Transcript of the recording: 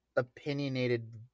opinionated